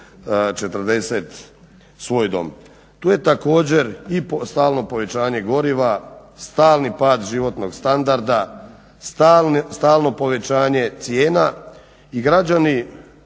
Tu je također i stalno povećanje goriva, stalni pad životnog standarda, stalno povećanje cijena i građani